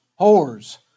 whores